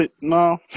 no